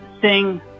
sing